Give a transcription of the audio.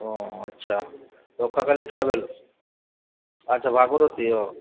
ও আচ্ছা রক্ষাকালী ট্র্যাভেলস আচ্ছা ভাগীরথী ও